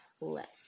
less